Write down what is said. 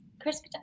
Chris